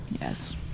yes